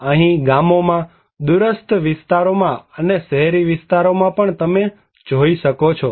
અહીં ગામોમાં દૂરસ્થ વિસ્તારોમાં અને શહેરી વિસ્તારોમાં પણ તમે જોઈ શકો છો